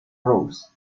rose